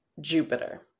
Jupiter